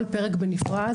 כל פרק בנפרד,